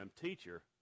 Teacher